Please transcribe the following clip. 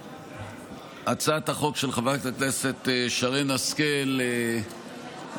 הצעת החוק של חברת הכנסת שרן השכל אכן